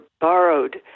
borrowed